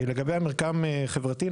לגבי מרקם חברתי.